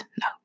No